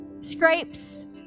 scrapes